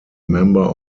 member